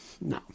no